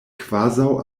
kvazaŭ